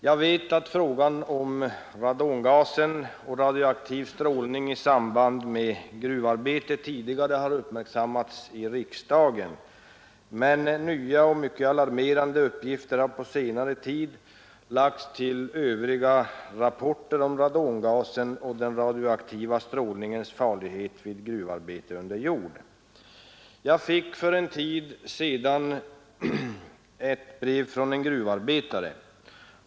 Jag vet att frågan om radongasen och radioaktiv strålning i samband med gruvarbete tidigare har uppmärksammats i riksdagen, men nya och mycket alarmerande uppgifter har på senare tid lagts till övriga rapporter om radongasen och den radioaktiva strålningens farlighet vid gruvarbete under jord. Jag fick för en tid sedan ett brev från en gruvarbetare.